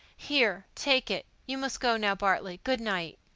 here, take it. you must go now, bartley. good-night.